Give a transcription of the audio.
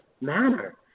manner